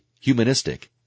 humanistic